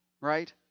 right